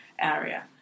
area